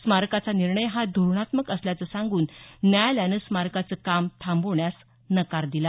स्मारकाचा निर्णय हा धोरणात्मक असल्याचं सांगून न्यायालयानं स्मारकाचं काम थांबवण्यास नकार दिला